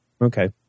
Okay